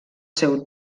seu